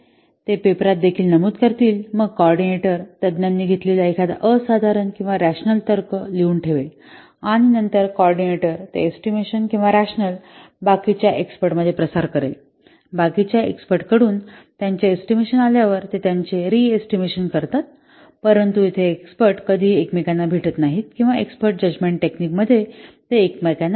ते पेपरात देखील नमूद करतील मग कॉर्डिनेटरतज्ञांनी घेतलेला एखादा असाधारण किंवा रॅशनल तर्क लिहून ठेवेल आणि नंतर कॉर्डिनेटर ते एस्टिमेशन किंवा रॅशनल बाकीच्या एक्स्पर्ट मध्ये प्रसार करेल बाकीच्या एक्स्पर्ट कडून त्यांचे एस्टिमेशन आल्यावर ते त्यांचे री एस्टिमेशन करतात परंतु येथे एक्स्पर्ट कधीही एकमेकांना भेटत नाहीत किंवा एक्स्पर्ट जजमेंट टेक्निक मध्ये ते एकमेकांना भेटतात